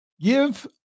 give